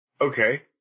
Okay